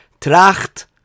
Tracht